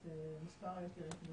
את מספר ההיתרים,